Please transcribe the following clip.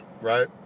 right